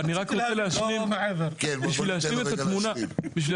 אני רק רוצה להשלים את התמונה.